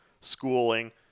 schooling